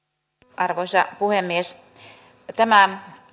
arvoisa puhemies tämä